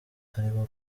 aribo